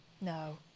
No